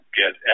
get